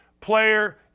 player